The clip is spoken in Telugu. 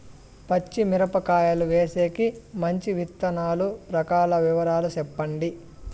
పచ్చి మిరపకాయలు వేసేకి మంచి విత్తనాలు రకాల వివరాలు చెప్పండి?